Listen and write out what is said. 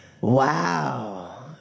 wow